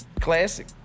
Classic